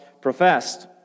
professed